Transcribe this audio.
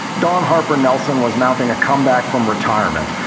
dawn harper nelson was mounting a comeback from retirement.